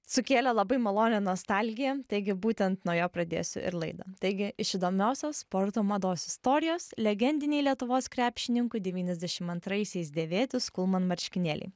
sukėlė labai malonią nostalgiją taigi būtent nuo jo pradėsiu ir laidą taigi iš įdomiosios sporto mados istorijos legendiniai lietuvos krepšininkų devyniasdešim antraisiais dėvėti skulman marškinėliai